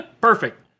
Perfect